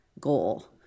goal